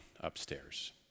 upstairs